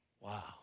wow